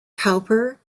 cowper